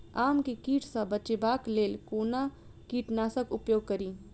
आम केँ कीट सऽ बचेबाक लेल कोना कीट नाशक उपयोग करि?